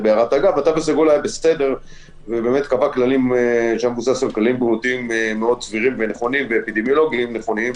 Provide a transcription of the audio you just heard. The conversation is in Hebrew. קבע כללים בריאותיים ואפידמיולוגים מאוד סבירים ונכונים,